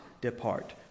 depart